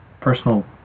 personal